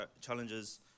challenges